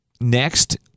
next